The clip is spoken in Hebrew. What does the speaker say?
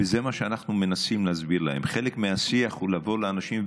וזה מה שאנחנו מנסים להסביר להם: חלק מהשיח הוא לבוא לאנשים,